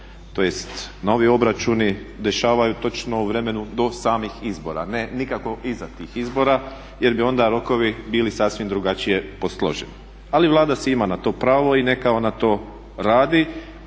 tj. novi obračuni dešavaju točno u vremenu do samih izbora, ne nikako iza tih izbora jer bi onda rokovi bili sasvim drugačije posloženi. Ali Vlada se ima na to pravo i neka ona to radi